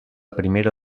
primera